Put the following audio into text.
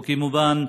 וכמובן,